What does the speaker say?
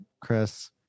Chris